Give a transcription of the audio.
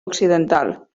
occidental